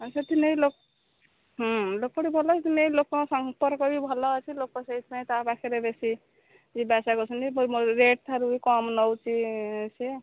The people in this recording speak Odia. ଆଉ ସେଥିଲାଗି ହଁ ଲୋକଟି ଭଲ ହୋଇଥିଲେ ଲୋକଙ୍କ ସମ୍ପର୍କ ବି ଭଲ ଅଛି ଲୋକ ସେଇଥିପାଇଁ ତା ପାଖରେ ବେଶୀ ଯିବା ଆସିବା କରୁଛନ୍ତି ପୂର୍ବ ରେଟ୍ ଠାରୁ କମ ନେଉଛି ସିଏ